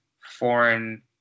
foreign